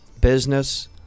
business